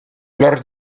leur